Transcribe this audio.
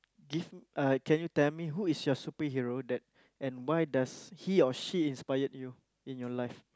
give uh can you tell me who is your superhero that and why does he or she inspired you in your life